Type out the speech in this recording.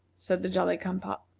said the jolly-cum-pop.